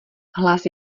hlas